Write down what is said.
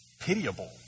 pitiable